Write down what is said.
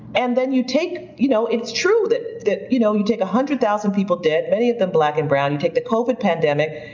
and then you take, you know it's true that that you know you take a hundred thousand people dead, many of them black and brown, you and take the covid pandemic,